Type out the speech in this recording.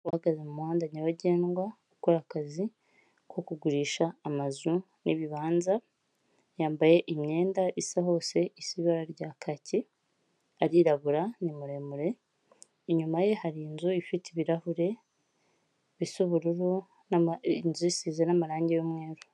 Uhagaze muhanda nyabagendwa ukora akazi ko kugurisha amazu n'ibibanza, yambaye imyenda isa hose, isa ibara rya kake, arirabura, ni muremure, inyuma ye hari inzu ifite ibirahure bisa ubururu, inzu isize n'amarangi y'umweru.